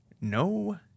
No